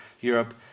Europe